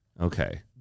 Okay